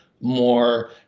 more